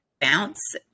bounce